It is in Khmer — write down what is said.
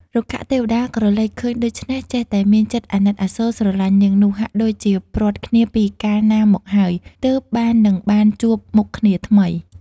រុក្ខទេវតាក្រឡេកឃើញដូច្នេះចេះតែមានចិត្ដអាណិតអាសូរស្រលាញ់នាងនោះ ហាក់ដូចជាព្រាត់គ្នាពីកាលណាមកហើយ ទើបបាននឹងបានជួបមុខគ្នាថ្មី។